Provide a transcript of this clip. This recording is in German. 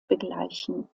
begleichen